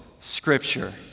scripture